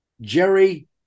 Jerry